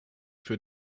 für